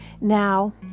Now